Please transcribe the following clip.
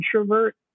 introvert